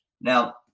Now